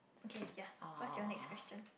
okay ya what's your next question